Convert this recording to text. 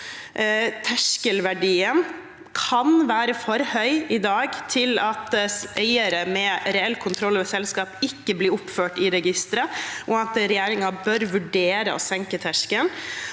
terskelverdien kan være for høy i dag, slik at eiere med reell kontroll over selskaper ikke blir oppført i registeret, og at regjeringen bør vurdere å senke terskelen.